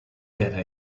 get